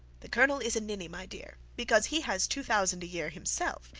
the colonel is a ninny, my dear because he has two thousand a-year himself,